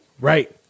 Right